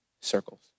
circles